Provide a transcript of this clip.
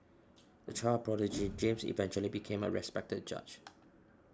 a child prodigy James eventually became a respected judge